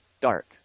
dark